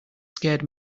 scared